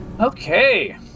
Okay